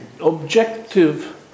objective